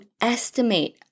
estimate